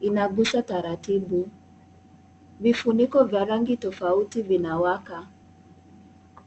inagusa taratibu, vifuniko vya rangi tofauti vinawaka.